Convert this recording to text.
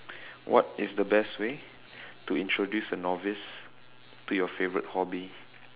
what is the best way to introduce a novice to your favourite hobby